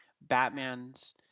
Batman's